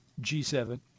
G7